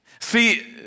See